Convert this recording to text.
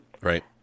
Right